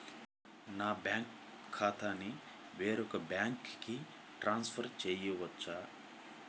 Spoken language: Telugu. నా బ్యాంక్ ఖాతాని వేరొక బ్యాంక్కి ట్రాన్స్ఫర్ చేయొచ్చా?